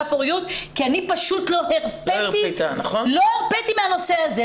הפוריות כי אני פשוט לא הרפיתי הנושא הזה.